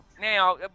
now